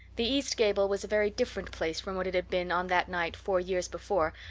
the east gable was a very different place from what it had been on that night four years before,